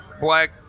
black